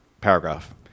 paragraph